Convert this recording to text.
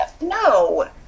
no